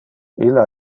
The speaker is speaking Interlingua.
illa